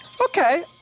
Okay